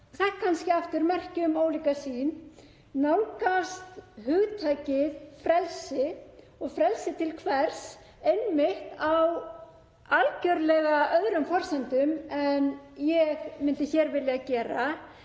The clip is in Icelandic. er kannski aftur merki um ólíka sýn, nálgast hugtakið frelsi og frelsi til hvers á algerlega öðrum forsendum en ég myndi vilja gera.